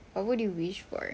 what would you wish for